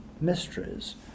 mysteries